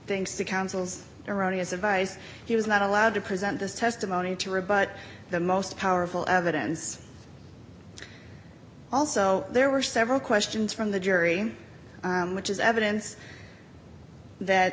hings to counsel's erroneous advice he was not allowed to present this testimony to rebut the most powerful evidence also there were several questions from the jury which is evidence that